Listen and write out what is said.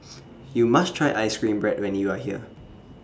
YOU must Try Ice Cream Bread when YOU Are here